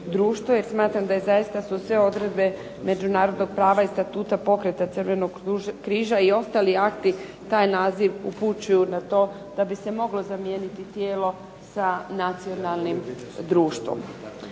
jer smatram da je zaista su sve odredbe međunarodnog prava i statuta pokreta Crvenog križa i ostali akti taj naziv upućuju na to da bi se moglo zamijeniti tijelo sa nacionalnim društvom.